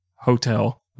hotel